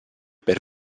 pel